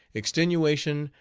extenuation,